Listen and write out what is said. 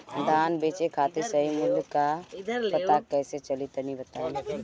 धान बेचे खातिर सही मूल्य का पता कैसे चली तनी बताई?